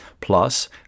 Plus